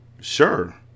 Sure